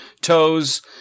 toes